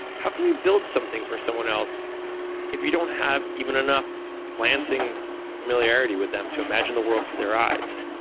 how can you build something for someone else if you don't have even enough glancing familiarity with them to imagine the world through their eyes?